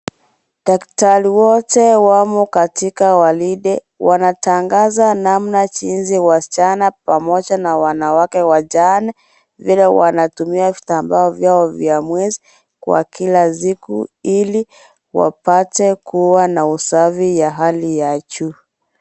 Daktari wote wamo katika gwaride wanatangaza namna jinsi wasichana pamoja na wanawake wajane vile wanatumia vitambaa vyao vya mwezi kwa kila siku ili wapate kuwa na usafi ya hali ya juu.